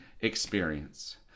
experience